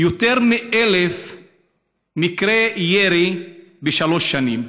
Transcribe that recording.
יותר מ-1,000 מקרי ירי בשלוש שנים,